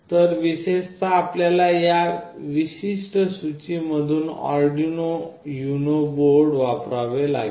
तर विशेषतः आपल्याला या विशिष्ट सूची मधून अर्डिनो युनो बोर्ड वापरावे लागेल